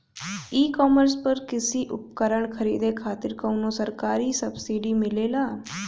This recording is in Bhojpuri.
ई कॉमर्स पर कृषी उपकरण खरीदे खातिर कउनो सरकारी सब्सीडी मिलेला?